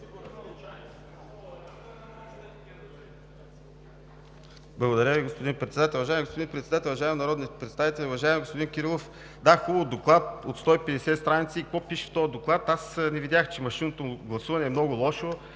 Уважаеми господин Председател, уважаеми народни представители! Уважаеми господин Кирилов, да, хубаво – доклад от 150 страници! И какво пише в този доклад? Аз не видях, че машинното гласуване е много лошо.